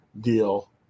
deal